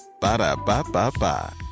Ba-da-ba-ba-ba